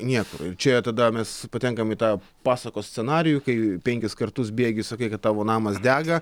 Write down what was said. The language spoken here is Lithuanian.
niekur čia tada mes patenkam į tą pasakos scenarijų kai penkis kartus bėgi sakai kad tavo namas dega